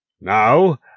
Now